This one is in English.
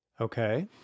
Okay